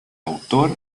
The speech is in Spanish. autor